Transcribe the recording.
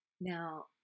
Now